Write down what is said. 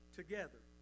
together